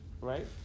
Right